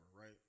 Right